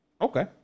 okay